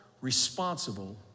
responsible